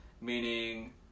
meaning